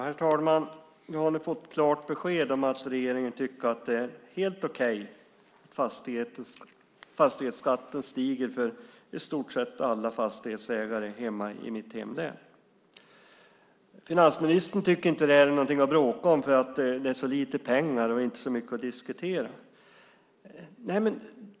Herr talman! Jag har nu fått klart besked om att regeringen tycker att det är helt okej att fastighetsskatten stiger för i stort sett alla fastighetsägare i mitt hemlän. Finansministern tycker inte att det här är något att bråka om eftersom det är så lite pengar, och inte så mycket att diskutera.